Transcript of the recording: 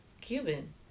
Cuban